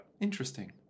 Interesting